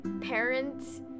parents